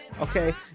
okay